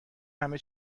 همه